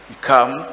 come